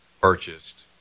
purchased